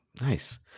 nice